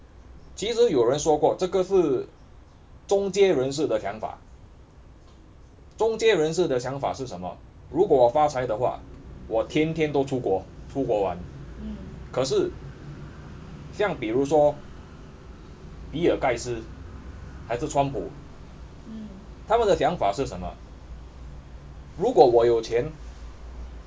其实有人说过这个是中介人士的想法中介人士的想法是什么如果我发财的话我天天都出国出国玩可是像比如说比尔盖茨还是川普他们的想法是什么如果我有钱